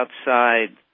outside